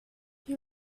you